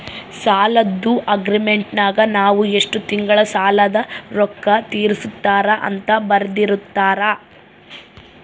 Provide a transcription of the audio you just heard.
ಸಾಲದ್ದು ಅಗ್ರೀಮೆಂಟಿನಗ ನಾವು ಎಷ್ಟು ತಿಂಗಳಗ ಸಾಲದ ರೊಕ್ಕ ತೀರಿಸುತ್ತಾರ ಅಂತ ಬರೆರ್ದಿರುತ್ತಾರ